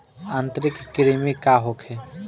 आंतरिक कृमि का होखे?